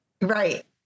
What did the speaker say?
Right